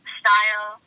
style